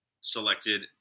selected